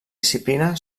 disciplina